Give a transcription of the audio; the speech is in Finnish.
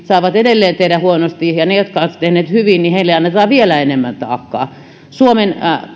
saavat edelleen tehdä huonosti ja heille jotka ovat tehneet hyvin annetaan vielä enemmän taakkaa suomen